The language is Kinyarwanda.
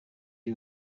z’u